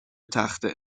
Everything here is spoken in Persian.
تخته